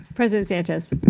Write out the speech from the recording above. president sanchez.